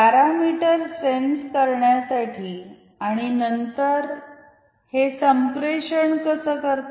parameter sense करण्यासाठी आणि नंतर हे संप्रेषण कसे करते